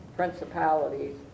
principalities